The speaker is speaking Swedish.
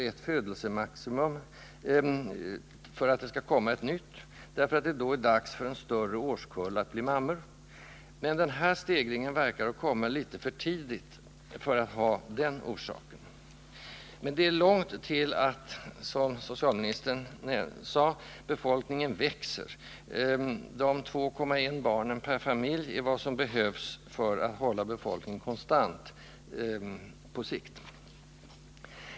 Nr 136 ett födelsemaximum kommer ett nytt, därför att det då är dags för en större Tisdagen den årskull att bli mammor, men den här stegringen verkar att komma litet för —& maj 1980 tidigt för att ha denna orsak. Men det är långt till att, som socialministern nu sade, befolkningen växer. De 2,1 barnen per familj är vad som behövs för att hålla befolkningen konstant på sikt.